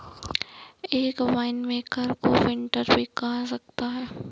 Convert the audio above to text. एक वाइनमेकर को विंटनर भी कहा जा सकता है